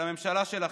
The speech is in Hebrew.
של הממשלה שלכם.